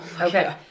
okay